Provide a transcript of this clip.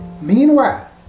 Meanwhile